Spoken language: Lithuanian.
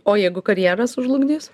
o jeigu karjerą sužlugdys